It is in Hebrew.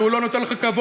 והוא לא נותן לך כבוד.